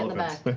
matt but